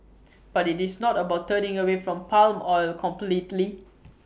but IT is not about turning away from palm oil completely